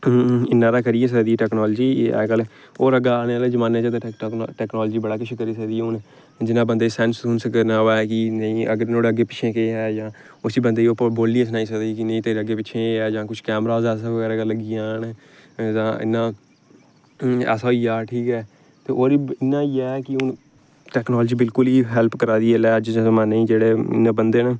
हून इन्ना हारा करी गै सकदी टैकनालजी एह् अज्ज कल होर अग्गें आह्ने आह्ले जमान्ने च टैकनालजी बड़ा किश करी सकदी हून जियां बंदा गी सैंस सूंस करना होऐ कि नेईं अगर नोहाड़े अग्गें पिच्छें केह् ऐ जां उसी बंदे गी ओह् बोलियै सनाई सकदी कि नेईं तेरे अग्गें पिच्छें एह् ऐ जां कुछ कैमरास ऐसा बगैरा लग्गी जान जां इ'यां ऐसा होई जा ठीक ऐ ते ओह्दी इ'यां होई जा कि हून टैकनालजी बिलकुल ही हैल्प करा दी इसलै अज्ज दे जमान्ने च जेह्ड़े बंदे न